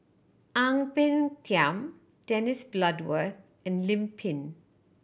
Ang Peng Tiam Dennis Bloodworth and Lim Pin